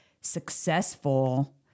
successful